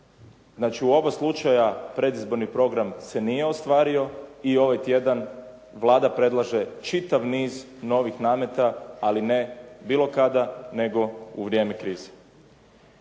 Znači u oba slučaja, predizborni program se nije ostvario i ovaj tjedan Vlada predlaže čitav niz novih nameta, ali ne bilo kada, nego u vrijeme krize.